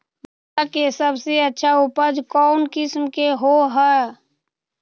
मक्का के सबसे अच्छा उपज कौन किस्म के होअ ह?